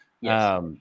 Yes